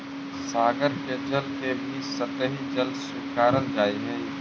सागर के जल के भी सतही जल स्वीकारल जा हई